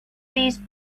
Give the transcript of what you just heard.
these